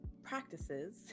practices